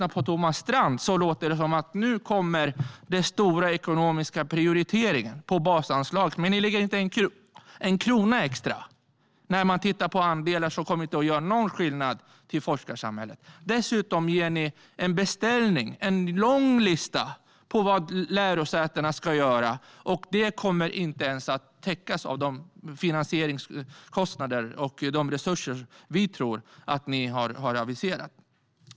På Thomas Strand låter det som att nu kommer den stora ekonomiska prioriteringen på basanslaget. Men ni lägger inte en krona extra. Sett till andelar kommer det inte att göra någon skillnad för forskarsamhället. Dessutom ger ni en beställning, en lång lista, på vad lärosätena ska göra. Det kommer inte att täckas av de finansieringskostnader och de resurser vi tror att ni har aviserat.